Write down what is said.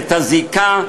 את הזיקה,